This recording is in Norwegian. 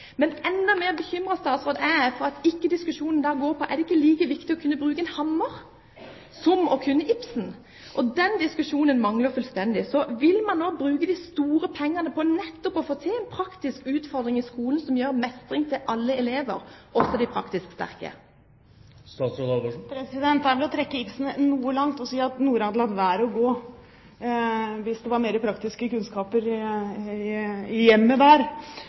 ikke like viktig å kunne bruke en hammer som å kunne Ibsen? Den diskusjonen mangler fullstendig. Vil man nå bruke de store pengene på nettopp å få til en praktisk utfordring i skolen som gir mestring til alle elever, også de praktisk sterke? Det er vel å trekke Ibsen noe langt å si at Nora hadde latt være å gå hvis det var mer praktiske kunnskaper i